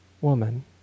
woman